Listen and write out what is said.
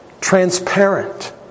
transparent